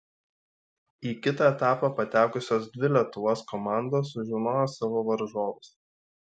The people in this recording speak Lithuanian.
į kitą etapą patekusios dvi lietuvos komandos sužinojo savo varžovus